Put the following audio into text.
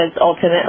ultimately